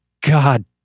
God